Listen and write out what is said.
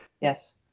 Yes